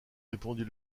répondit